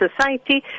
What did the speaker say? society